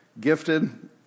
Gifted